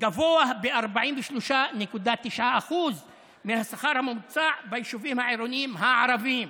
גבוה ב-43.9% מהשכר הממוצע ביישובים העירוניים הערביים.